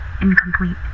incomplete